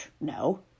No